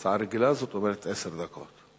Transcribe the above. הצעה רגילה, זאת אומרת עשר דקות.